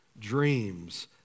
dreams